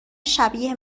شبیه